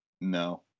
no